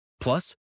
Plus